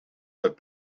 that